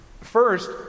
First